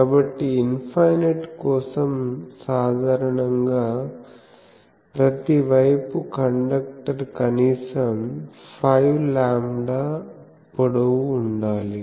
కాబట్టి ఇన్ఫైనైట్ కోసం సాధారణంగా ప్రతి వైపు కండక్టర్ కనీసం 5 లాంబ్డా పొడవు ఉండాలి